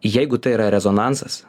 jeigu tai yra rezonansas